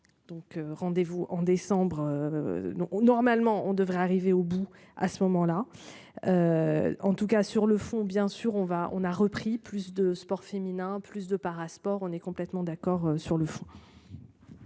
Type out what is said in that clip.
donc rendez-vous en décembre. Non, normalement on devrait arriver au bout. À ce moment-là. En tout cas sur le fond bien sûr, on va, on a repris plus de sport féminin plus de sport, on est complètement d'accord sur le fond.